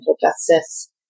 justice